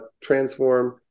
transform